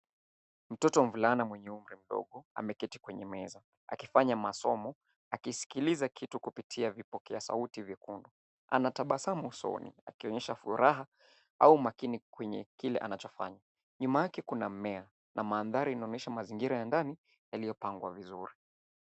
Mtoto mvulana mwenye umri mdogo ameketi kwenye meza akifanya masomo, akisikiliza kitu kupitia vipokea sauti vyekundu. Ana tabasamu usoni akionyesha furaha au makini kwenye kile anachofanya. Nyuma yake kuna mmea na mandhari inaonyesha mazingira ya ndani yaliyopangwa vizuri.